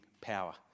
power